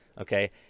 okay